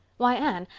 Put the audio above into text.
why, anne,